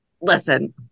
listen